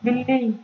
بلی